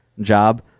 job